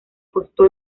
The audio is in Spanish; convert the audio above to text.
costó